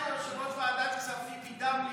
יושב-ראש ועדת כספים מטעם,